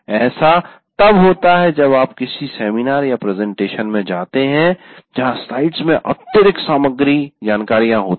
ऐसा तब होता है जब आप किसी सेमिनार या प्रेजेंटेशन में जाते हैं जहां स्लाइड्स में अत्यधिक सामग्री जानकारियां होती है